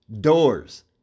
doors